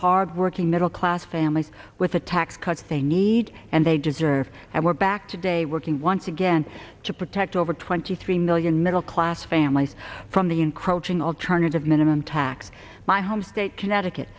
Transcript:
hardworking middle class families with the tax cuts they need and they deserve and were back today working once again to protect over twenty three million middle class families from the encroaching alternative minimum tax my home state connecticut